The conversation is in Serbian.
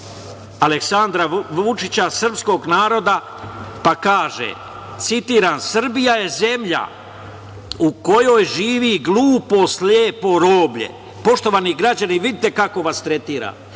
Aleksandra Vučića, srpskog naroda, pa kaže, citiram: „Srbija je zemlja u kojoj živi glupo slepo roblje“. Poštovani građani, vidite kako vas tretira,